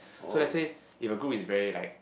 so let's say if a group is very like